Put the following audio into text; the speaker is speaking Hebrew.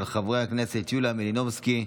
של חברי הכנסת יוליה מלינובסקי,